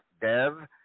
Dev